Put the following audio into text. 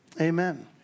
Amen